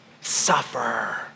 suffer